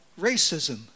racism